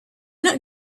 not